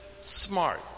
smart